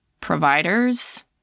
providers